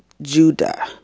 Judah